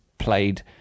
played